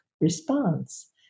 response